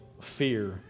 Fear